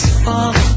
fall